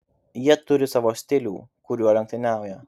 jie turi savo stilių kuriuo rungtyniauja